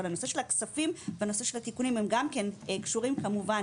והם צריכים להיות מתוקצבים.